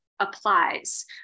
Applies